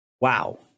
wow